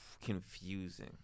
confusing